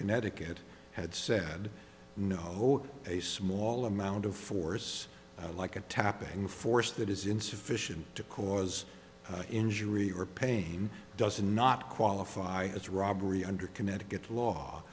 connecticut had said no a small amount of force like a tapping force that is insufficient to cause injury or pain does not qualify as robbery under connecticut law